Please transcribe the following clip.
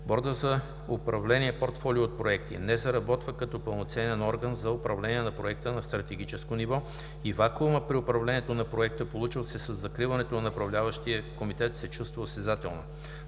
органите в процеса. П2Б не заработва като пълноценен орган за управление на Проекта на стратегическо ниво и вакуума при управлението на проекта, получил се със закриването на Направляващия комитет се чувства осезателно.